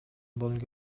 болгон